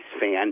fan